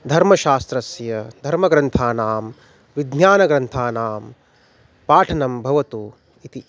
धर्मशास्त्रस्य धर्मग्रन्थानां विज्ञानग्रन्थानां पाठनं भवतु इति